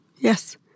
Yes